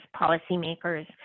policymakers